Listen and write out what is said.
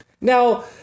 Now